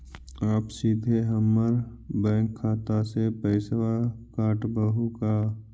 आप सीधे हमर बैंक खाता से पैसवा काटवहु का?